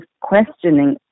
questioning